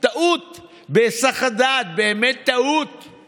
67 בעד, 40 נגד.